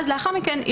אז לאחר מכן,